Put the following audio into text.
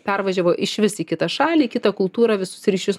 pervažiavo išvis į kitą šalį į kitą kultūrą visus ryšius